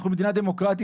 אנחנו מדינה דמוקרטית.